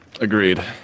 Agreed